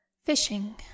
fishing